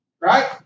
Right